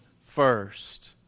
first